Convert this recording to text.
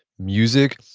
music,